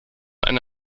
eine